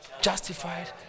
justified